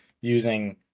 using